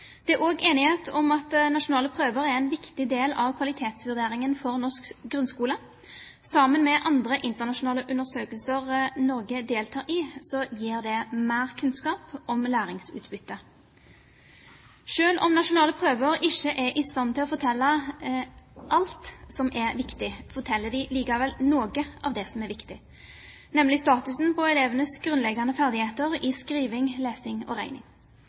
Det er også enighet om at nasjonale prøver er en viktig del av kvalitetsvurderingen for norsk grunnskole. Sammen med andre internasjonale undersøkelser Norge deltar i, gir det mer kunnskap om læringsutbytte. Selv om nasjonale prøver ikke er i stand til å fortelle alt som er viktig, forteller de likevel noe av det som er viktig, nemlig statusen på elevenes grunnleggende ferdigheter i skriving, lesing og regning.